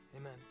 Amen